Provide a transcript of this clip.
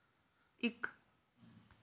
ਇੱਕ